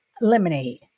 lemonade